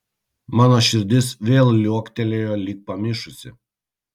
mano širdis vėl liuoktelėjo lyg pamišusi